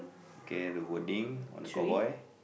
okay the wording on the cowboy